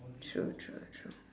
true true true